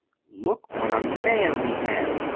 look what a man we have!